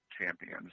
champions